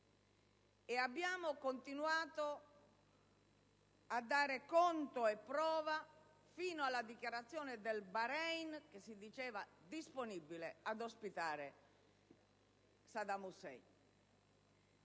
abbiamo continuato a darne conto e prova, fino alla dichiarazione del Bahrein, che si diceva disponibile ad ospitare Saddam Hussein.